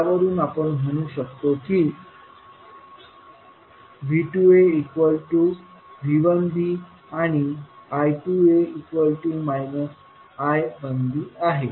यावरून आपण असे म्हणू शकतो की V2a I2a V1b I1b V2a V1bआणि I2a I1b आहे